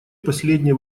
последнее